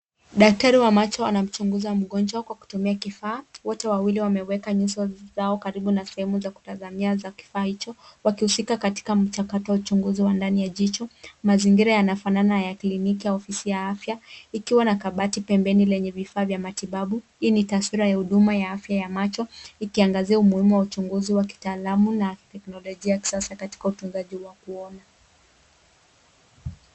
Daktari wa macho anamchunguza mgonjwa kwa kutumia kifaa. Wote wawili wameweka nyuso zao karibu na sehemu za kutazamia za kifaa hicho, wakihusika katika mchakato wa uchunguzi wa ndani ya jicho. Mazingira yanafanana ya kliniki ya ofisi ya afya, ikiwa na kabati pembeni lenye vifaa vya matibabu. Hii ni taswira ya huduma ya afya ya macho, ikiangazia umuhimu wa uchunguzi wa kitaalamu na teknolojia ya kisasa katika utunzaji wa kuona.